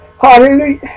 Hallelujah